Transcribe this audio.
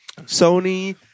Sony